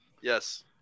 Yes